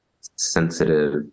sensitive